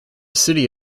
city